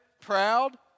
proud